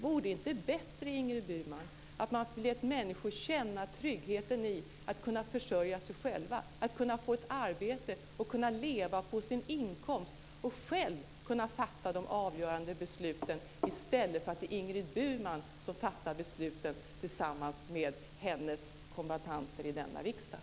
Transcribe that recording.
Vore det inte bättre, Ingrid Burman, att man lät människor känna tryggheten i att kunna försörja sig själva, att kunna få ett arbete, kunna leva på sin inkomst och själva kunna fatta de avgörande besluten i stället för att det är Ingrid Burman som fattar besluten tillsammans med sina kombattanter i denna riksdag?